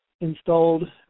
installed